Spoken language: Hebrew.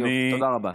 תודה רבה.